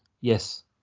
Yes